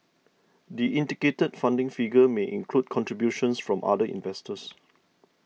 the indicated funding figure may include contributions from other investors